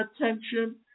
attention